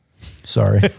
sorry